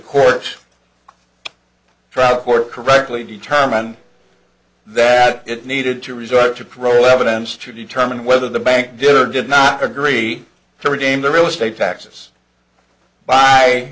court trout court correctly determined that it needed to resort to troll evidence to determine whether the bank did or did not agree to regain their real estate taxes by